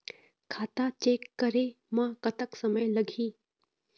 खाता चेक करे म कतक समय लगही?